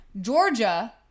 Georgia